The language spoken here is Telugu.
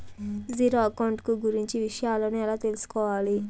జీరో అకౌంట్ కు గురించి విషయాలను ఎలా తెలుసుకోవాలి?